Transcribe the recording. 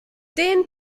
den